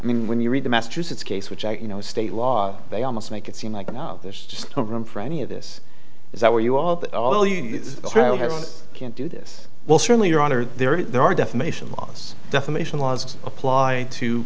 mean when you read the massachusetts case which i you know state law they almost make it seem like now there's just no room for any of this is that where you are all you can't do this well certainly your honor there are defamation laws defamation laws apply to